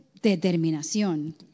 determinación